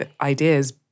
ideas